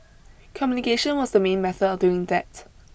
communication was the main method of doing that